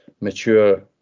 mature